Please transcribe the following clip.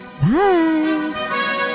Bye